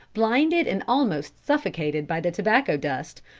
blinded and almost suffocated by the tobacco dust,